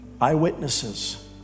eyewitnesses